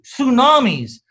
tsunamis